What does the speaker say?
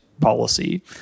policy